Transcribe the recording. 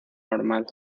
normal